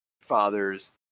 father's